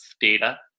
data